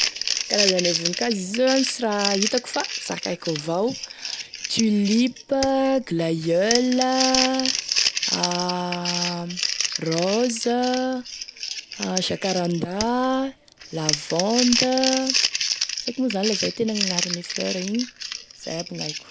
Karazane voninkazo izy io zany sy raha hitako fa zakaiko avao, tulipe, glaieul, rose, jacaranda, lavande, sy aiko moa zany la izay e tena gnaran'igny fleur igny fa izay aby gn'aiko.